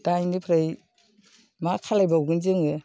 दा बिनिफ्राय मा खालायबावगोन जोङो